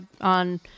on